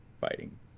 Fighting